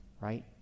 right